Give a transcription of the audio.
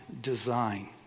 design